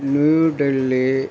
new Delhi